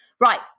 Right